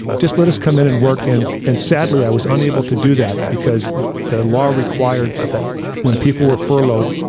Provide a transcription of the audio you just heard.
just let us come in and work, and sadly, i was unable to do that because the the law required that when people were furloughed,